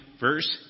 verse